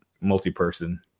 multi-person